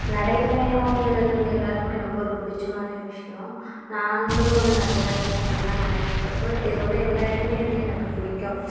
நடை பயணங்குறது வந்து எல்லாருக்குமே ரொம்ப ஒரு பிடிச்சமான விஷ்யம் நாங்களும் வந்து நிறையா நடைபயணம்லாம் நடந்துருக்கோம் இப்போ இதில் உள்ள எல்லா இடமே வந்து எனக்கு பிடிக்கும்